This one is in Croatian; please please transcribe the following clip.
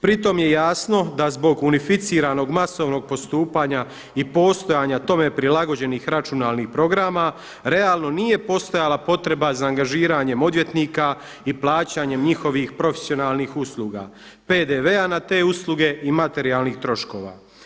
Pritom je jasno da zbog unificiranog masovnog postupanja i postojanja tome prilagođenih računalnih programa realno nije postojala potreba za angažiranjem odvjetnika i plaćanjem njihovih profesionalnih usluga, PDV-a na te usluge i materijalnih troškova.